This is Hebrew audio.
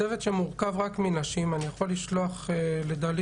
צוות שמורכב רק מנשים, אני יכול לשלוח את הרשימה,